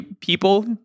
people